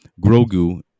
Grogu